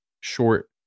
short